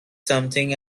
something